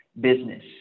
business